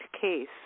case